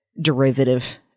derivative